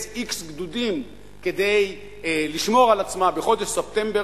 x גדודים כדי לשמור על עצמה בחודש ספטמבר,